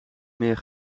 meer